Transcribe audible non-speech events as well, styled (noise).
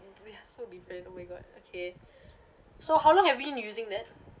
they are so different oh my god okay (breath) so how long have you been using that